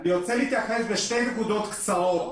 אני רוצה להתייחס לשתי נקודות קצרות.